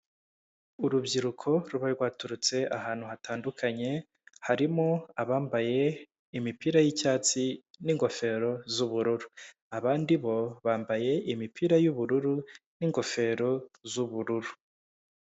Urubyiruko ruba rwaturutse ahantu hatandukanye, harimo abambaye imipira y'icyatsi n'ingofero z'ubururu. Abandi bo, bambaye imipira y'ubururu n'ingofero z'ubururu.